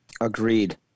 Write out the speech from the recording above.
Agreed